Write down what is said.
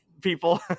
people